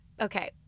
okay